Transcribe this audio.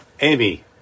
Amy